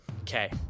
Okay